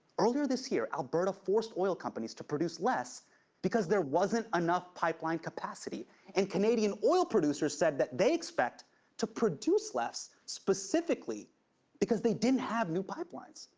earlier this year, alberta forced oil companies to produce less because there wasn't enough pipeline capacity and canadian oil producers said that they expect to produce less specifically because they didn't have new pipelines.